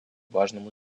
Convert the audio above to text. важному